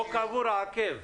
פה קבור העקב.